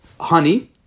honey